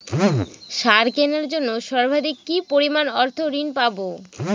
সার কেনার জন্য সর্বাধিক কি পরিমাণ অর্থ ঋণ পাব?